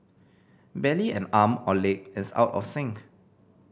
barely an arm or leg is out of sync